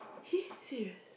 he serious